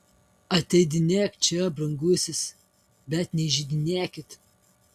ateidinėk čia brangusis bet neįžeidinėkit